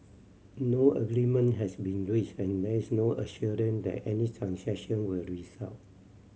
no agreement has been reached and there is no assurance that any transaction will result